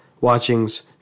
watchings